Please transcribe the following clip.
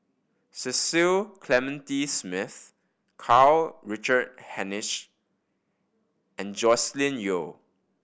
Cecil Clementi Smith Karl Richard Hanitsch and Joscelin Yeo